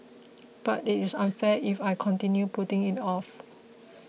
but it is unfair if I continue putting it off